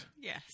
Yes